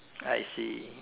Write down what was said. I see